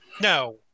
No